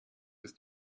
ist